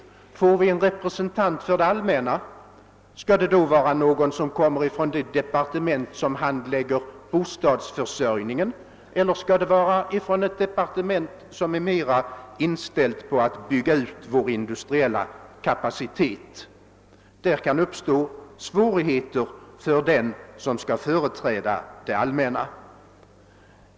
Om det blir en representant för det allmänna i styrelsen, skall det då vara någon från det departement som handlägger bostadsförsörjningen eller skall det vara någon från ett departement som är mera inställt på att bygga ut vår industriella kapacitet? Där kan uppstå svårigheter för den som skall företräda det allmänna.